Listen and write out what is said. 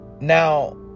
Now